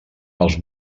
als